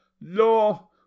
Law